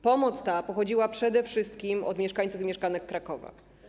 Pomoc ta pochodziła przede wszystkim od mieszkańców i mieszkanek Krakowa.